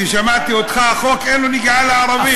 כי שמעתי אותך: החוק אין לו נגיעה לערבים,